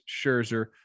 Scherzer